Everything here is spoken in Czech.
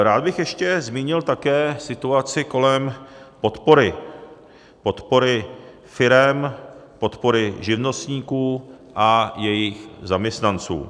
Rád bych ještě zmínil také situaci kolem podpory, podpory firem, podpory živnostníků a jejich zaměstnanců.